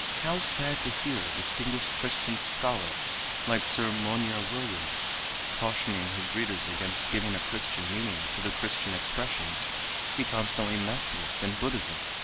how sad to hear a distinguished christian scholar like sir monier williams cautioning his readers against giving a christian meaning to the christian expressions he constantly met with in buddhism,